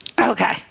Okay